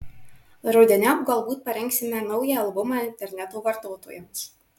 rudeniop galbūt parengsime naują albumą interneto vartotojams